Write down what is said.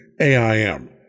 AIM